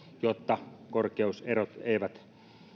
jotta korkeuserot eivät